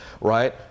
right